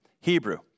Hebrew